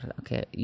okay